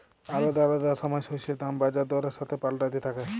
আলাদা আলাদা সময় শস্যের দাম বাজার দরের সাথে পাল্টাতে থাক্যে